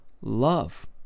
love